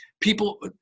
people